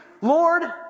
Lord